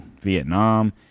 Vietnam